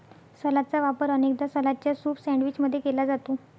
सलादचा वापर अनेकदा सलादच्या सूप सैंडविच मध्ये केला जाते